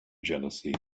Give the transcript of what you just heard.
jealousy